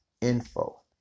info